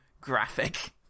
graphic